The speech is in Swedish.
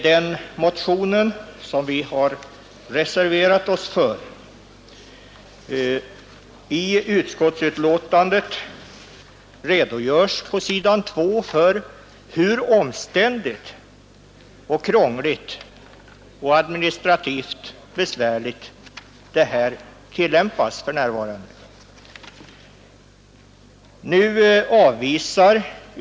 Den motionen har vi reserverat oss för. I utskottsbetänkandet redogörs på s.2 för hur omständligt och administrativt krångligt denna bestämmelse tillämpas för närvarande.